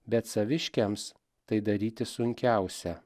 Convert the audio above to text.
bet saviškiams tai daryti sunkiausia